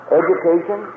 education